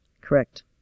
Correct